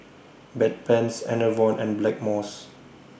Bedpans Enervon and Blackmores